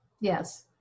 Yes